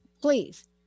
Please